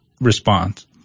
response